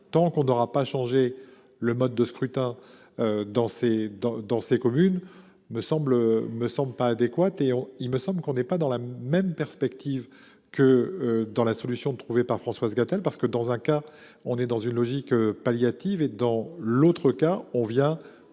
tant qu'on n'aura pas changé le mode de scrutin. Dans ces dans dans ces communes me semble me semble pas adéquate et il me semble qu'on est pas dans la même perspective que dans la solution trouvée par Françoise Gatel, parce que dans un cas on est dans une logique palliative et dans l'autre cas on vient